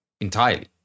entirely